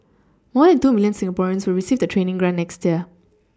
more than two milLion Singaporeans will receive the training grant next year